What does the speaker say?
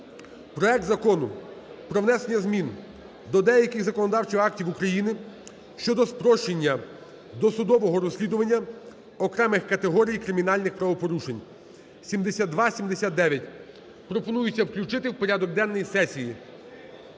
проект Закону про внесення змін до деяких законодавчих актів України щодо спрощення досудового розслідування окремих категорій кримінальних правопорушень, (7279). Пропонується включити в порядок денний сесії.